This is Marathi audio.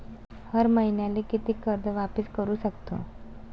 हर मईन्याले कितीक कर्ज वापिस करू सकतो?